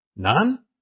None